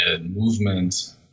movement